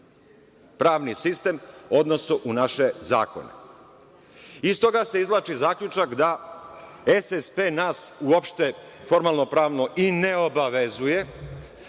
pravni sistem, odnosno u naše zakone. Iz toga se izvlači zaključak da SSP nas uopšte formalno pravno i ne obavezuje,